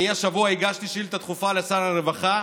השבוע הגשתי שאילתה דחופה לשר הרווחה,